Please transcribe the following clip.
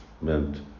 meant